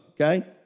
Okay